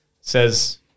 Says